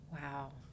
Wow